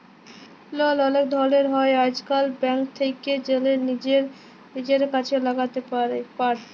লল অলেক ধরলের হ্যয় আইজকাল, ব্যাংক থ্যাকে জ্যালে লিজের কাজে ল্যাগাতে পার